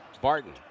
Barton